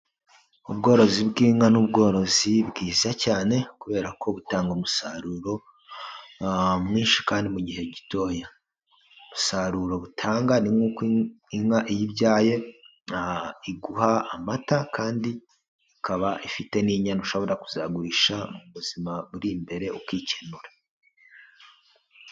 Ubworozi bw'inka ni ubworozi bwiza cyane kubera ko butanga umusaruro mwinshi kandi mu gihe gitoya, umusaruro butanga ni nk'uko inka iyo ibyaye iguha amata kandi ikaba ifite n'inyana ushobora kuzagurisha mu buzima buri imbere ukikenura.